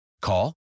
Call